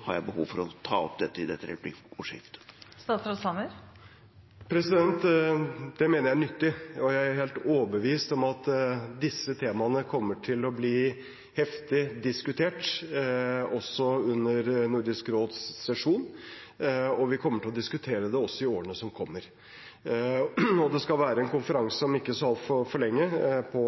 har jeg behov for å ta det opp i dette replikkordskiftet. Det mener jeg er nyttig, og jeg er helt overbevist om at disse temaene kommer til å bli heftig diskutert også under Nordisk råds sesjon, og at vi kommer til å diskutere det i årene som kommer. Det skal være en konferanse om ikke så altfor lenge, på